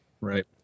Right